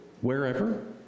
wherever